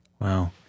Wow